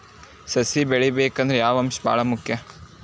ಸಸಿ ಬೆಳಿಬೇಕಂದ್ರ ಯಾವ ಅಂಶ ಭಾಳ ಮುಖ್ಯ?